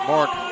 Mark